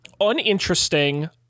uninteresting